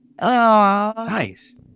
Nice